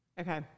Okay